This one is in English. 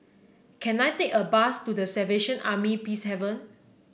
can I take a bus to The Salvation Army Peacehaven